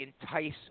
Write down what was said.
entice